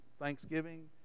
Thanksgiving